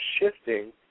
shifting